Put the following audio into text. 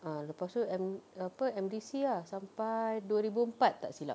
ah lepas tu M apa M_D_C ah sampai dua ribu empat tak silap